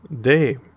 day